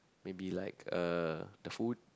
maybe like uh the food